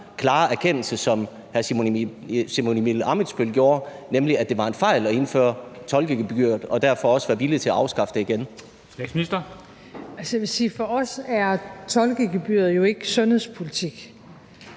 klare erkendelse, som hr. Simon Emil Ammitzbøll gjorde, nemlig at det var en fejl at indføre tolkegebyret, og derfor også være villig til at afskaffe det igen. Kl. 00:24 Formanden (Henrik